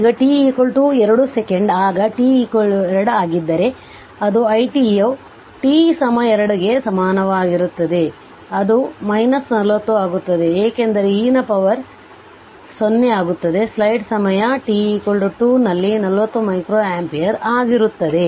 ಈಗ t 2 second ಆಗ t 2 ಆಗಿದ್ದರೆ ಅದು it ಯು t2 ಗೆ ಸಮಾನವಾಗಿರುತ್ತದೆಅದು 40 ಆಗುತ್ತದೆ ಏಕೆಂದರೆ e ನ ಪವರ್ 0 ಆಗುತ್ತದೆ ಸ್ಲೈಡ್ ಸಮಯ t 2 ನಲ್ಲಿ 40 ಮೈಕ್ರೊಅಂಪಿಯರ್ ಆಗಿರುತ್ತದೆ